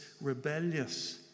rebellious